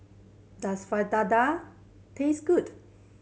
does Fritada taste good